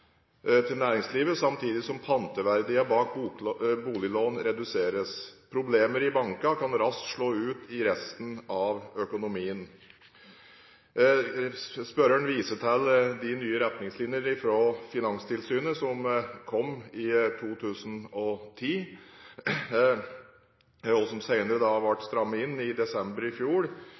til næringslivet, samtidig som panteverdiene bak boliglånene reduseres. Problemer i bankene kan raskt slå ut i resten av økonomien. Spørreren viser til de nye retningslinjene fra Finanstilsynet som kom i 2010, og som senere ble strammet inn i desember i fjor.